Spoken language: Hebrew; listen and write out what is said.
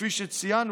וכפי שציינו,